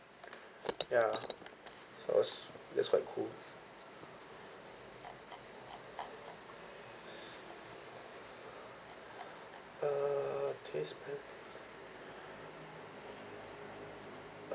ya so I was that's quite cool uh